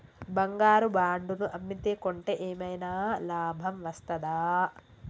బంగారు బాండు ను అమ్మితే కొంటే ఏమైనా లాభం వస్తదా?